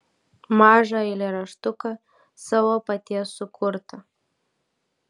mažą eilėraštuką savo paties sukurtą